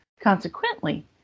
Consequently